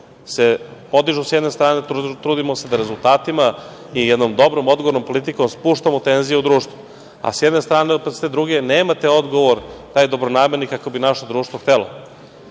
se podižu sa jedne strane, trudimo se da rezultatima i jednom dobrom odgovornom politikom spuštamo tenziju u društvu, sa jedne strane, opet sa te druge nemate odgovor, taj dobronamerni kako bi naše društvo htelo. Hteli